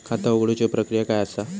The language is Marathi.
खाता उघडुची प्रक्रिया काय असा?